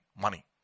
Money